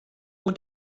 und